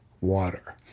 water